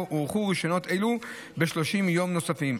הוארכו רישיונות אלו ב-30 יום נוספים,